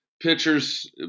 pitchers